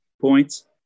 points